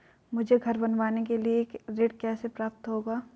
मुझे घर बनवाने के लिए ऋण कैसे प्राप्त होगा?